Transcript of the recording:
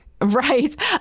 Right